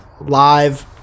live